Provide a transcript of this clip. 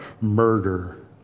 murder